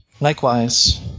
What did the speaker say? Likewise